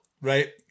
right